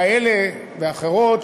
כאלה ואחרות,